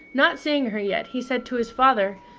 not seeing her yet, he said to his father,